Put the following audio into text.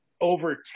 over